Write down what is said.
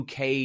UK